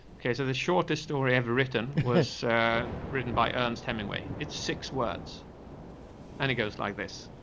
okay. so the shortest story ever written was written by ernest hemingway. it's six words and it goes like this.